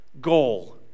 goal